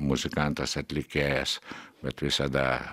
muzikantas atlikėjas bet visada